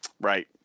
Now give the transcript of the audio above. Right